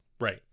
Right